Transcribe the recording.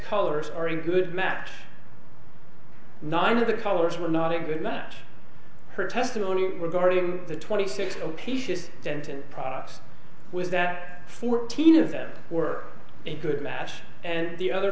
colors are a good match nine of the colors were not a good match her testimony regarding the twenty six pieces denton products was that fourteen of them were a good match and the other